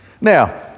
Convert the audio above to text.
Now